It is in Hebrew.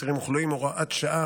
אסירים וכלואים (הוראת שעה,